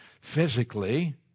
physically